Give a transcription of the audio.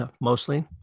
mostly